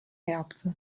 yaptı